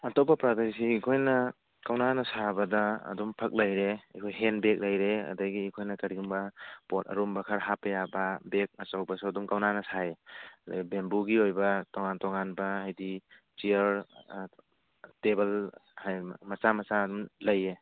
ꯑꯇꯣꯄꯄ ꯄ꯭ꯔꯗꯛꯁꯤ ꯑꯩꯈꯣꯏꯅ ꯀꯧꯅꯥꯅ ꯁꯥꯕꯗ ꯑꯗꯨꯝ ꯐꯛ ꯂꯩꯔꯦ ꯑꯩꯈꯣꯏ ꯍꯦꯟ ꯕꯦꯀ ꯂꯩꯔꯦ ꯑꯗꯨꯗꯒꯤ ꯑꯩꯈꯣꯏꯅ ꯀꯔꯤꯒꯨꯝꯕ ꯄꯣꯠ ꯑꯔꯨꯝꯕ ꯈꯔ ꯍꯥꯞꯄ ꯌꯥꯕ ꯕꯦꯛ ꯑꯆꯧꯕꯁꯨ ꯑꯗꯨꯝ ꯀꯧꯅꯥꯅ ꯁꯥꯏ ꯑꯗꯩ ꯕꯦꯝꯕꯨꯒꯤ ꯑꯣꯏꯕ ꯇꯣꯉꯥꯟ ꯇꯣꯉꯥꯟꯕ ꯍꯥꯏꯗꯤ ꯆꯤꯌꯔ ꯇꯦꯕꯜ ꯍꯥꯏꯅ ꯃꯆꯥ ꯃꯆꯥ ꯑꯗꯨꯝ ꯂꯩꯌꯦ